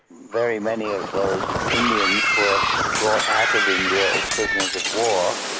very many of those indians were brought out of india as prisoners-of-war,